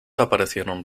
aparecieron